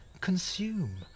consume